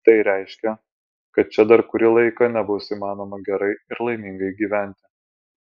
tai reiškia kad čia dar kurį laiką nebus įmanoma gerai ir laimingai gyventi